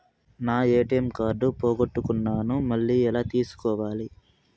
నా ATM card పోగొట్టుకున్నాను, మళ్ళీ ఎలా తీసుకోవాలి?